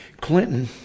clinton